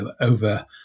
over